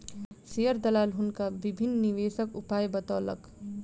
share दलाल हुनका विभिन्न निवेशक उपाय बतौलक